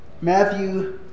Matthew